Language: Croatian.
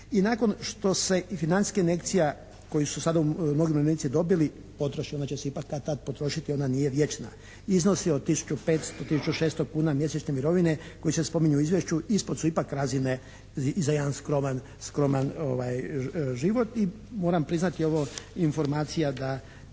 I nakon što se i financijska injekcija koju su sada mnogi umirovljenici dobili potroši, ona će se ipak kad-tad potrošiti, ona nije vječna. Iznosi od tisuću 500, tisuću 600 kuna mjesečne mirovine koji se spominju u izvješću ipak su ispod razine za jedan skroman život i moram priznati ova informacija da